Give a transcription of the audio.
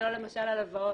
ולא למשל על הלוואות